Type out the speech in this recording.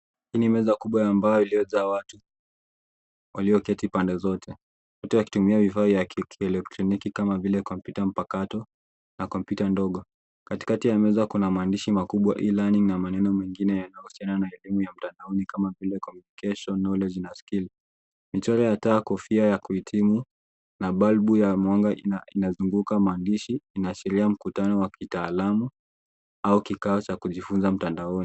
Hii ni meza kubwa ya mbao iliyojaa watu, waliyoketi pande zote, wote wakitumia vifaa vya kielektroniki kama vile kompyuta mpakato na kompyuta ndogo. Katikati ya meza kuna maandishi makubwa, e-learning na maneno mengine ya kuhusiana na elimu ya mtandaoni kama vile communication , knowledge na skill . Michoro ya taa, kofia ya kuhitimu na balbu ya mwanga inazunguka maandishi, inaashiria mkutano wa kitaalamu au kikao cha kujifunza mtandaoni.